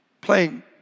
playing